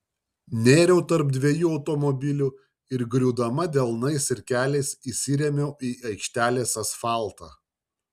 nėriau tarp dviejų automobilių ir griūdama delnais ir keliais įsirėmiau į aikštelės asfaltą